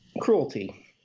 Cruelty